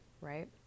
right